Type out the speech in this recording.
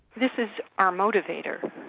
this is our motivator.